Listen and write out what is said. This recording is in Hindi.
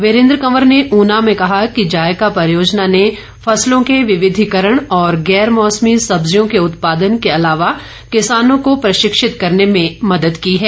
वीरेन्द्र कंवर ने ऊना में कहा कि जायका परियोजना ने फसलों के विविधिकरण और गैर मौसमी सब्जियों के उत्पादन के अलावा किसानों को प्रशिक्षित करने में मदद की है